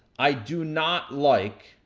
i do not like.